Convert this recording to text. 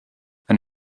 and